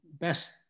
best